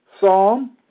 Psalm